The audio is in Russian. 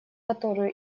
которую